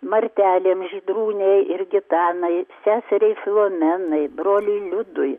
martelėms žydrūnei ir gitanai seseriai filomenai broliui liudui